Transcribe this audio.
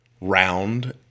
round